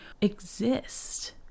exist